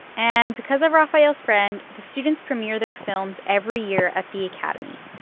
and because of rafael's friend, the students premiere their films every year at the academy.